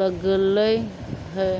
लगलई हे